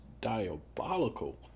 diabolical